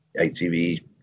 ATV